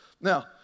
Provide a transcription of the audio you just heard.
Now